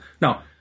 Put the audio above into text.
now